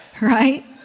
Right